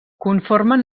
conformen